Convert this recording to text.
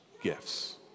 gifts